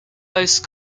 most